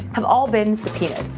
have all been subpoenaed.